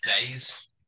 days